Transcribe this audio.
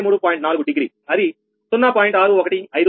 4 degree అది 0